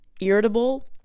irritable